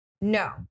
No